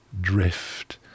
drift